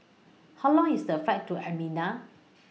How Long IS The Flight to Armenia